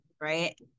right